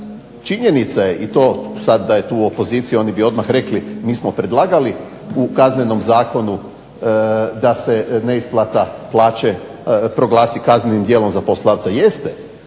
naglasiti i to sad da je tu opozicija oni bi odmah rekli mi smo predlagali u Kaznenom zakonu da se neisplata plaće proglasi kaznenim djelom za poslodavca. Jeste,